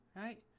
right